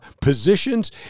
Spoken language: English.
positions